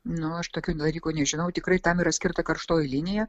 nu aš tokių dalykų nežinau tikrai tam yra skirta karštoji linija